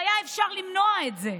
והיה אפשר למנוע את זה.